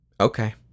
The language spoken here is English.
Okay